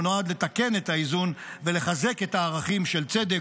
לתקן את האיזון ולחזק את הערכים של צדק,